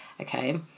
Okay